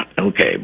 okay